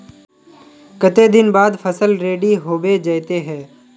केते दिन बाद फसल रेडी होबे जयते है?